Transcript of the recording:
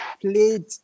played